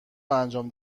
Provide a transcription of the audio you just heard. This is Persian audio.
انجام